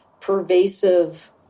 pervasive